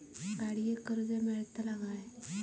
गाडयेक कर्ज मेलतला काय?